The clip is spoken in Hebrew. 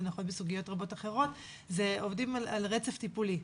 בסוגיות, עובדים על רצף טיפולי.